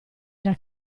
era